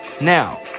Now